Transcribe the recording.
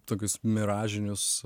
tokius miražinius